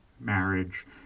marriage